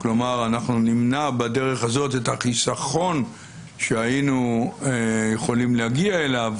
אנחנו נמנע בדרך הזאת את החיסכון שהיינו יכולים להגיע אליו